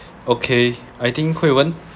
okay I think hui wen